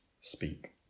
speak